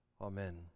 Amen